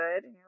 good